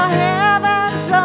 heavens